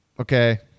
okay